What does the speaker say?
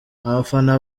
abafana